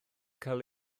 cael